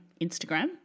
Instagram